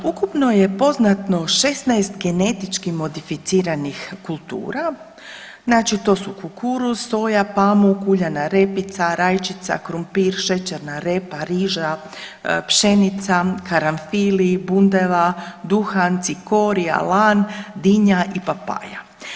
Ukupno je poznato 16 genetički modificiranih kultura, znači to su kukuruz, soja, pamuk, uljana repica, rajčica, krumpir, šećerna repa, riža, pšenica, karanfili, bundeva, duhan, cikorija, lan, dinja i papaja.